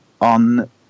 On